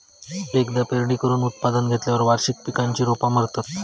एकदा पेरणी करून उत्पादन घेतल्यार वार्षिक पिकांची रोपा मरतत